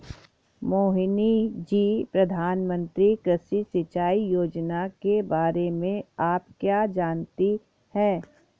मोहिनी जी, प्रधानमंत्री कृषि सिंचाई योजना के बारे में आप क्या जानती हैं?